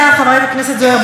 חבר הכנסת זוהיר בהלול,